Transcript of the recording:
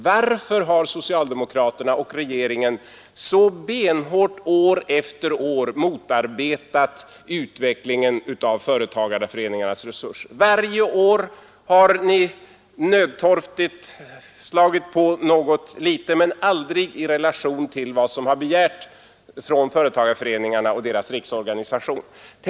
Varför har socialdemokraterna och regeringen så benhårt år efter år motarbetat utvecklingen av företagarföreningarnas resurser? Varje år har ni nödtorftigt ökat anslagen men aldrig i relation till vad företagarföreningarna och deras riksorganisation har begärt.